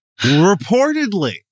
reportedly